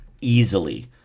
easily